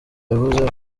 yavuze